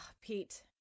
Pete